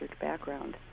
background